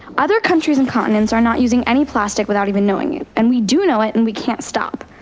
other countries and continents are not using any plastic without even knowing it, and we do know it and we can't stop.